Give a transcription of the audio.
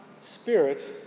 spirit